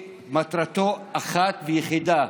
שמטרתו אחת ויחידה: